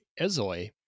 Ezoi